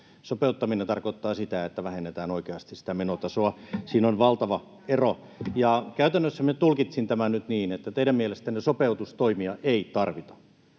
Sopeuttaminen tarkoittaa sitä, että vähennetään oikeasti sitä menotasoa. [Sanna Marinin välihuuto] Siinä on valtava ero. Käytännössä minä tulkitsin tämän nyt niin, että teidän mielestänne sopeutustoimia ei tarvita.